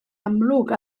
amlwg